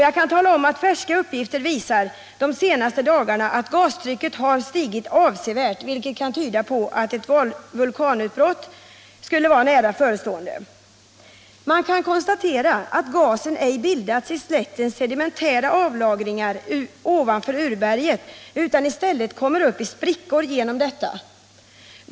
Jag kan tala om att färska uppgifter visar att gastrycket de senaste dagarna har stigit avsevärt, vilket kan tyda på att ett vulkanutbrott skulle vara nära förestående. Man kan konstatera att gasen ej bildats i slättens sedimentära avlagringar ovanför urberget, utan i stället kommer den upp i sprickor genom detta.